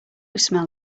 smell